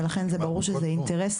ולכן זה ברור שזה אינטרס